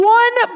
one